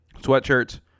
sweatshirts